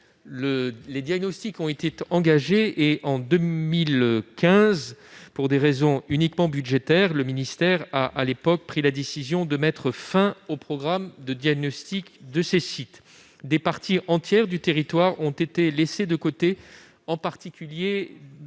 Les diagnostics ont été engagés, mais en 2015, pour des raisons uniquement budgétaires, le ministère a pris la décision de mettre fin au programme de diagnostics de ces sites. Des parties entières du territoire ont été laissées de côté, en particulier dans les